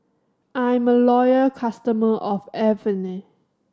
I'm a loyal customer of Avene